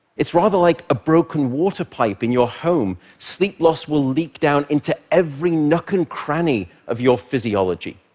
it's rather like a broken water pipe in your home. sleep loss will leak down into every nook and cranny of your physiology,